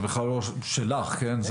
זה בכלל לא שלך כן,